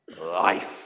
life